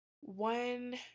one